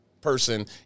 person